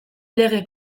lege